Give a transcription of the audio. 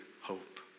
hope